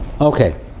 Okay